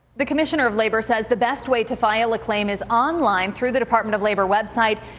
the commisioner of labor says the best way to file a claim is online through the department of labor website.